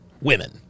women